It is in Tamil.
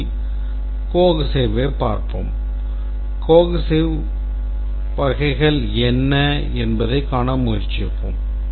முதலில் cohesiveness ஐ பார்ப்போம் cohesion வகைகள் என்ன என்பதை காண முயற்சிப்போம்